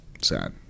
Sad